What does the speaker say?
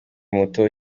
muto